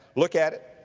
look at it,